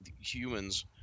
humans